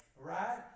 Right